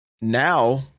now